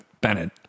Bennett